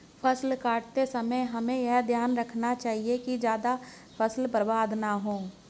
फसल काटते समय हमें ध्यान रखना चाहिए कि ज्यादा फसल बर्बाद न हो